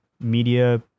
media